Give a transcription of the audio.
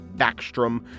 Backstrom